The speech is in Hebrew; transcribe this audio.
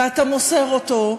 ואתה מוסר אותו,